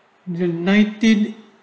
in nineteen